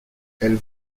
elle